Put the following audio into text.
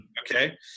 okay